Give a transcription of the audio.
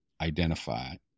identified